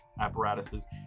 apparatuses